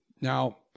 Now